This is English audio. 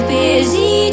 busy